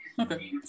Okay